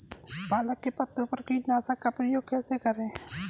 पालक के पत्तों पर कीटनाशक का प्रयोग कैसे करें?